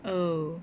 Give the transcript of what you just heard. oh